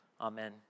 Amen